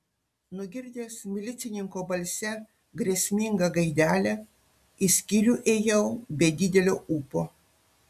nugirdęs milicininko balse grėsmingą gaidelę į skyrių ėjau be didelio ūpo